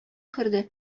керде